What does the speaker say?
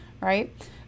right